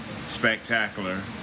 spectacular